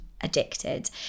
addicted